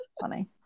Funny